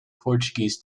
portuguese